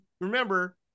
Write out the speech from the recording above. remember